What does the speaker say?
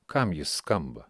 kam jis skamba